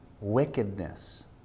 wickedness